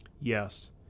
Yes